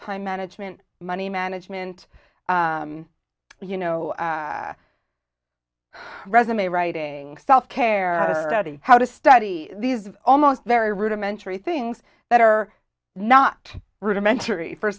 time management money management you know resume writing self care how to study these almost very rudimentary things that are not rudimentary for